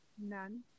none